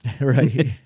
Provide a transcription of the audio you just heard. Right